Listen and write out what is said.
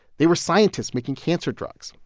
they were scientists making cancer drugs.